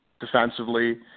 defensively